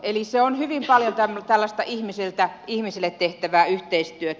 eli se on hyvin paljon tällaista ihmisiltä ihmisille tehtävää yhteistyötä